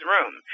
room